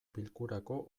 bilkurako